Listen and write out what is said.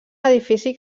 edifici